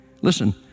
listen